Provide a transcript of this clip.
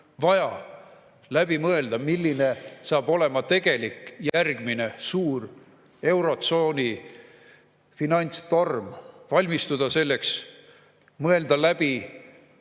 vaja läbi mõelda, milline saab olema tegelik, järgmine, suur eurotsooni finantstorm, valmistuda selleks, mõelda läbi